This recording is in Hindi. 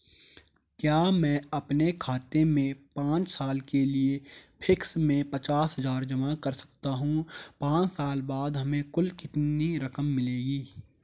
क्या मैं अपने खाते में पांच साल के लिए फिक्स में पचास हज़ार जमा कर सकता हूँ पांच साल बाद हमें कुल कितनी रकम मिलेगी?